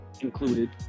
included